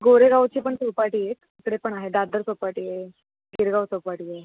गोरेगावची पण चौपाटी आहे एक तिकडे पण आहे दादर चौपाटी आहे गिरगाव चौपाटी आहे